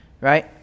right